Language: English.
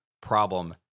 problem